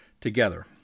together